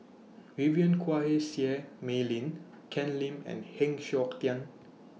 Vivien Quahe Seah Mei Lin Ken Lim and Heng Siok Tian